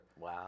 Wow